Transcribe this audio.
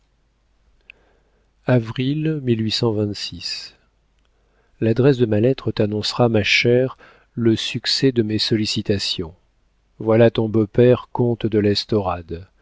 l'adresse de ma lettre t'annoncera ma chère le succès de mes sollicitations voilà ton beau-père comte de l'estorade